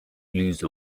lose